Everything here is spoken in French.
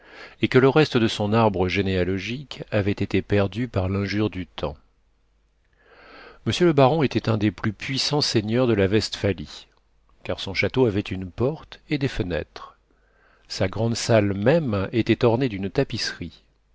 et que le reste de son arbre généalogique avait été perdu par l'injure du temps monsieur le baron était un des plus puissants seigneurs de la westphalie car son château avait une porte et des fenêtres sa grande salle même était ornée d'une tapisserie